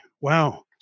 Wow